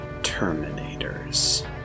Terminators